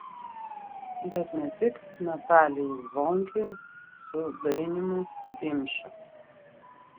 bet tik ne natalijai zvonkei su dainiumi dimša